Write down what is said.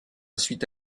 suite